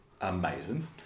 Amazing